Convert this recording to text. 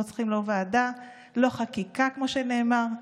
לא צריכים ועדה ולא חקיקה, כמו שנאמר.